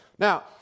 Now